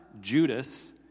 Judas